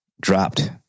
dropped